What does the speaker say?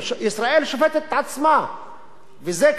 וזה כמובן לא קביל ולא הגיוני.